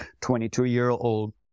22-year-old